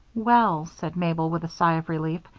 well, said mabel, with a sigh of relief,